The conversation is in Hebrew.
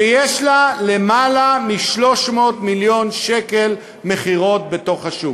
שיש לה יותר מ-300 מיליון שקל מכירות בתוך השוק.